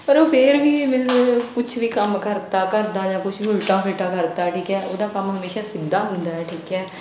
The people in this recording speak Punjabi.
ਪਰ ਫਿਰ ਵੀ ਮੀਨਜ਼ ਕੁਛ ਵੀ ਕੰਮ ਕਰਤਾ ਘਰ ਦਾ ਜਾਂ ਕੁਛ ਵੀ ਉਲਟਾ ਫੁਲਟਾ ਕਰਤਾ ਠੀਕ ਹੈ ਉਹਦਾ ਕੰਮ ਹਮੇਸ਼ਾ ਸਿੱਧਾ ਹੁੰਦਾ ਠੀਕ ਹੈ